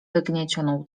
wygniecioną